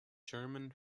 german